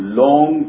long